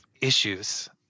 issues